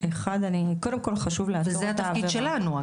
וזה התפקיד שלנו,